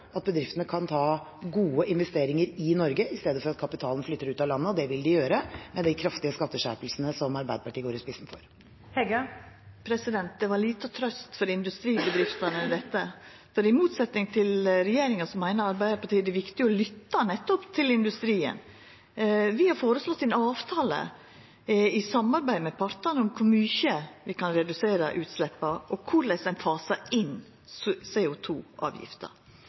at bedriftene kan ta gode investeringer i Norge – i stedet for at kapitalen flytter ut av landet, for det vil den gjøre med de kraftige skatteskjerpelsene som Arbeiderpartiet går i spissen for. Dette var lita trøyst for industribedriftene. I motsetnad til regjeringa meiner Arbeidarpartiet det er viktig å lytta nettopp til industrien. Vi har føreslått ein avtale i samarbeid med partane om kor mykje vi kan redusera utsleppa, og korleis ein fasar inn